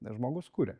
nes žmogus kuria